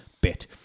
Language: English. bit